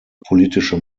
politische